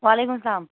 وعلیکُم سلام